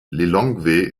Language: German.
lilongwe